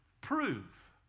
prove